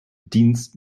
dienst